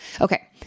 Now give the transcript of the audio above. Okay